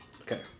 Okay